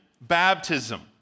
baptism